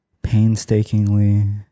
painstakingly